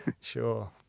Sure